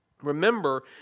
remember